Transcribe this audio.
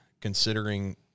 considering